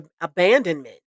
abandonment